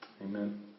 Amen